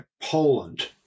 Poland